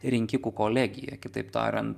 rinkikų kolegiją kitaip tariant